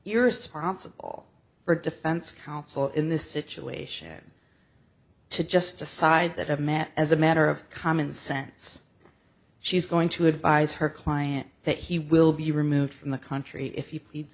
irresponsible for a defense counsel in this situation to just decide that i've met as a matter of common sense she's going to advise her client that he will be removed from the country if he